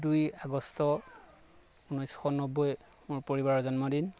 দুই আগষ্ট উনৈছশ নব্বৈ মোৰ পৰিবাৰৰ জন্মদিন